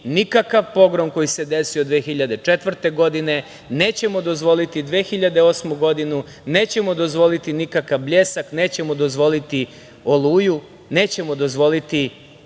nikakav pogrom koji se desio 2004. godine, nećemo dozvoliti 2008. godinu, nećemo dozvoliti nikakav "Bljesak", nećemo dozvoliti "Oluju", nećemo dozvoliti